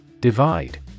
Divide